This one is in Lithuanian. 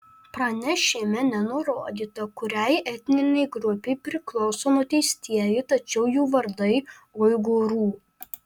pranešime nenurodyta kuriai etninei grupei priklauso nuteistieji tačiau jų vardai uigūrų